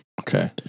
Okay